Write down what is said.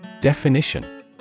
Definition